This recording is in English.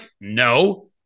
no